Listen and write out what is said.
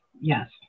Yes